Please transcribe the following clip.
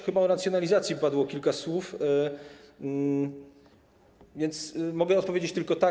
Chyba o nacjonalizacji padło kilka słów, więc mogę odpowiedzieć tylko tak.